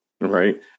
right